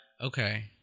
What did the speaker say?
Okay